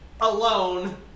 alone